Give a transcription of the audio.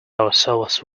ourselves